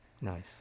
Nice